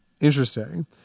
interesting